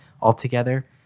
altogether